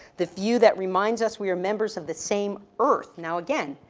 the view that reminds us we are members of the same earth. now again,